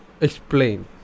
explain